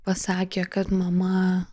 pasakė kad mama